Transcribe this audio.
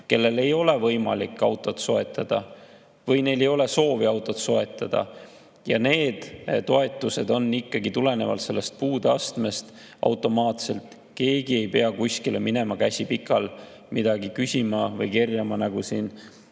kellel ei ole võimalik autot soetada või kellel ei ole soovi autot soetada. Need toetused on tulenevalt puudeastmest automaatsed. Keegi ei pea kuskile minema, käsi pikal, midagi küsima või kerjama, nagu siin